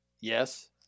Yes